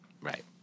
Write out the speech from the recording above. right